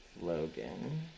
Logan